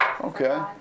Okay